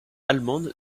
allemande